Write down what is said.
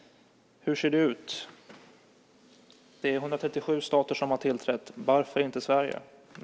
Hur ser det ut? Det är 137 stater som har anslutit sig till den. Varför har inte Sverige gjort det?